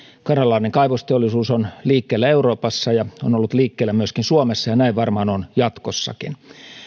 kanadalainen kaivosteollisuus on liikkeellä euroopassa ja on ollut liikkeellä myöskin suomessa ja näin varmaan on jatkossakin